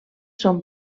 són